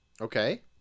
Okay